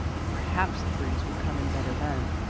perhaps the breeze would come in better then.